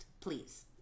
please